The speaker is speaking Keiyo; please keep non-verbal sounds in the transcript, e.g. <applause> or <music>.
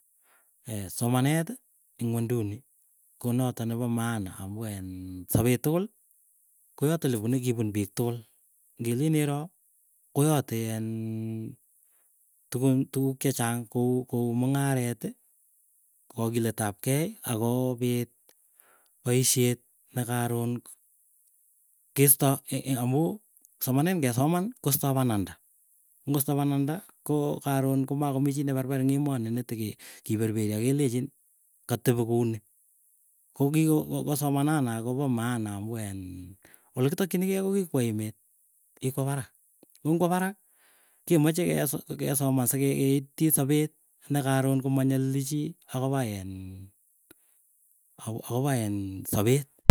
<hesitation> somanet ing inwenduni konoto nepo maana amu en sapet tukul koyoto lepune kipun piik tugul ngilen iro koyotiiin, tuguk chechang kou kou mung'aret kakiletap kei akoopit poisyet ne karon keisto i i amuu somanet ng'esoman kostoo pananda. Ko ngosto pananda koo karon komakomii chii neperper ing emoni, neteke kiperperi akelechin katepi kuni. Kokiko somanana kopo maana amu en olekitokchinikei ko kikwo emet. Kikwo parak, ko kkingwa parak kemeche keso kesoman sikeitchii sopet ne karon komanyalili chii akopa iin, akopo iin sapet.